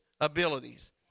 abilities